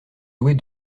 douée